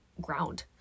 ground